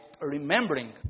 remembering